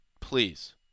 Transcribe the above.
Please